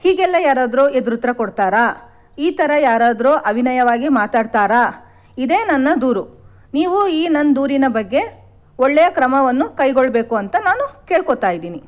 ಹೀಗೆಲ್ಲ ಯಾರಾದರೂ ಎದುರುತ್ತರ ಕೊಡ್ತಾರಾ ಈ ಥರ ಯಾರಾದರೂ ಅವಿನಯವಾಗಿ ಮಾತಾಡ್ತಾರಾ ಇದೇ ನನ್ನ ದೂರು ನೀವು ಈ ನನ್ನ ದೂರಿನ ಬಗ್ಗೆ ಒಳ್ಳೆಯ ಕ್ರಮವನ್ನು ಕೈಗೊಳ್ಳಬೇಕು ಅಂತ ನಾನು ಕೇಳ್ಕೊತಾ ಇದ್ದೀನಿ